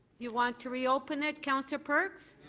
you want to reopen it, councillor perks.